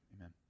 Amen